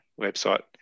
website